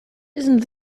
isn’t